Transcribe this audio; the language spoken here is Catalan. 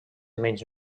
menys